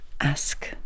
ask